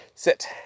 sit